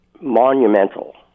monumental